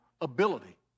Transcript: ability